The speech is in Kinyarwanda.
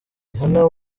rihanna